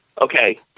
Okay